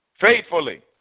faithfully